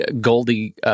Goldie